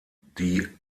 die